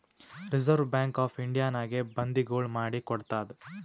reserve bank of ಇಂಡಿಯಾನಾಗೆ ಬಂದಿಗೊಳ್ ಮಾಡಿ ಕೊಡ್ತಾದ್